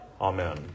Amen